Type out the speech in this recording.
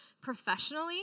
professionally